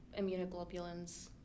immunoglobulins